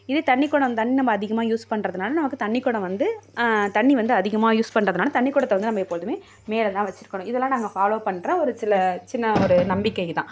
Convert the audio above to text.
இதே தண்ணிக் குடம் தண்ணி நம்ம அதிகமாக யூஸ் பண்ணுறதுனால நமக்கு தண்ணிக் குடம் வந்து தண்ணி வந்து அதிகமாக யூஸ் பண்ணுறதுனால தண்ணிக் குடத்த வந்து நம்ம எப்பொழுதுமே மேலே தான் வச்சிருக்கணும் இதெலாம் நாங்கள் ஃபாலோ பண்ணுற ஒரு சில சின்ன ஒரு நம்பிக்கை தான்